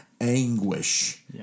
anguish